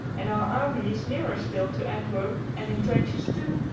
and our army is nearer still to antwerp and in trenches, too.